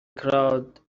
crowd